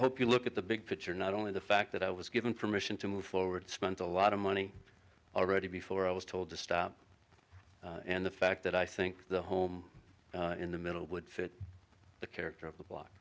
hope you look at the big picture not only the fact that i was given permission to move forward spent a lot of money already before i was told to stop and the fact that i think the hole in the middle would fit the character of the block